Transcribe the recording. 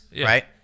Right